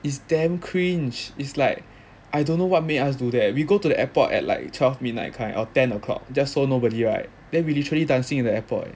is damn cringe it's like I don't know what made us do that we go to the airport at like twelve midnight kind or ten o'clock just so nobody right then we literally dancing in the airport